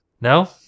No